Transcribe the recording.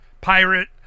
pirate